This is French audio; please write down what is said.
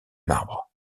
marbre